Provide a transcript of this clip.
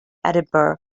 edinburgh